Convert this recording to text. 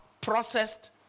processed